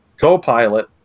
co-pilot